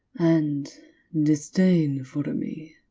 and disdain for me.